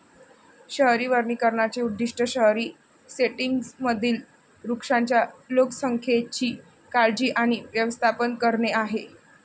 शहरी वनीकरणाचे उद्दीष्ट शहरी सेटिंग्जमधील वृक्षांच्या लोकसंख्येची काळजी आणि व्यवस्थापन करणे आहे